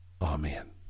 Amen